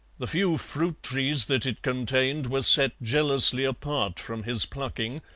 the few fruit-trees that it contained were set jealously apart from his plucking,